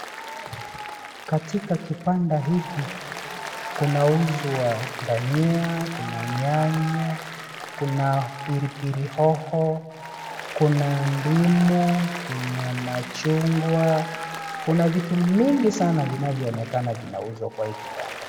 Katika kibanda hiki kunauzwa dania, kuna nyanya, kuna pili pili hoho, kuna ndimu, kuna machungwa kuna vitu mingi sana vinavyoonekana vinauzwa kwa hii kibanda.